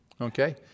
okay